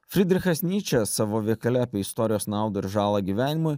fridrichas nyčė savo veikale apie istorijos naudą ir žalą gyvenimui